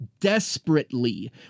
desperately